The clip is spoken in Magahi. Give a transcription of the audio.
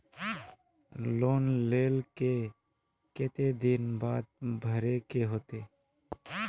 लोन लेल के केते दिन बाद भरे के होते?